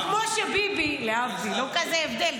להבדיל,